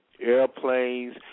airplanes